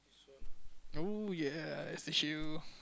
oh yes tissue